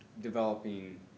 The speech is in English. developing